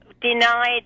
denied